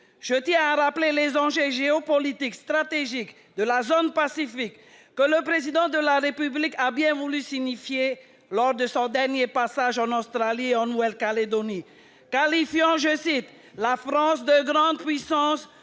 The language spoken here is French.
Je tiens à rappeler les enjeux géopolitiques stratégiques de la zone Pacifique, que le Président de la République a bien voulu signifier lors de son dernier passage en Australie et en Nouvelle-Calédonie, qualifiant la France de grande puissance